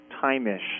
time-ish